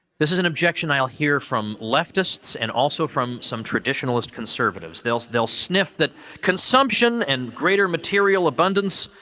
this is an objection i'll hear from leftists and also from some traditionalist conservatives. they'll so they'll sniff that consumption and greater material abundance.